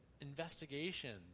investigation